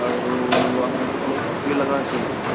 আৰু আমাক অলপ গাখীৰ লগা আছিল